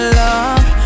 love